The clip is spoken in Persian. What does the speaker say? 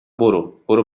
برو، برو